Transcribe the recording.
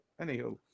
anywho